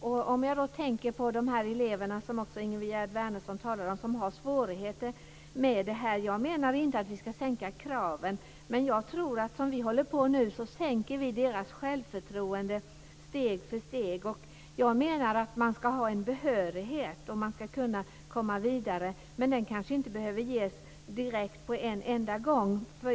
När det gäller de elever, som Ingegerd Wärnersson också talar om, som har svårigheter med detta menar jag inte att vi ska sänka kraven, men jag tror att som vi nu håller på sänker vi deras självförtroende steg för steg. Jag menar att man ska ha en behörighet och kunna komma vidare, men den kanske inte behöver ges direkt på en gång.